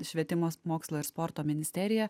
švietimas mokslo ir sporto ministerija